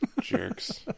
Jerks